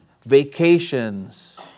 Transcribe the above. vacations